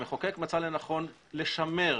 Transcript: המחוקק מצא לנכון לשמר